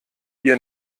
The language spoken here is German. ihr